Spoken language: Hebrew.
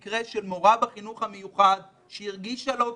למשל, מקרה של מורה בחינוך המיוחד שהרגישה לא טוב,